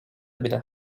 bile